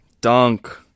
Dunk